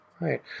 right